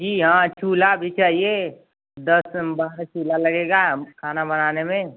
जी हाँ चूल्हा भी चाहिए दस बारह चूल्हा लगेगा खाना बनाने में